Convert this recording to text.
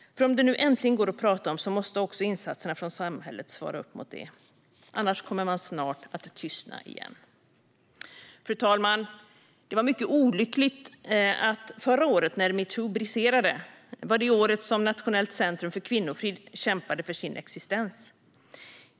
För om det nu äntligen går att prata om detta måste också insatserna från samhället svara upp mot det. Annars kommer man snart att tystna igen. Fru talman! Det var mycket olyckligt att förra året, då metoo briserade, var det år då Nationellt centrum för kvinnofrid kämpade för sin existens.